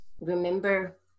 remember